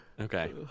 okay